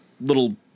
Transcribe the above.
little